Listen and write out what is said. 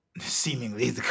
Seemingly